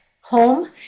home